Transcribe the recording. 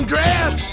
dress